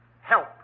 help